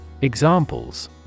Examples